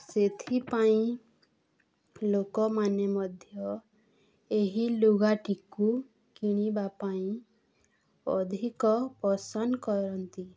ସେଥିପାଇଁ ଲୋକମାନେ ମଧ୍ୟ ଏହି ଲୁଗାଟିକୁ କିଣିବା ପାଇଁ ଅଧିକ ପସନ୍ଦ କରନ୍ତି